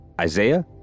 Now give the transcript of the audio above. Isaiah